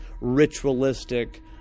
ritualistic